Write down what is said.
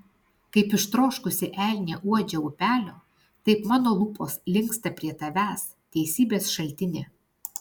kaip ištroškusi elnė uodžia upelio taip mano lūpos linksta prie tavęs teisybės šaltini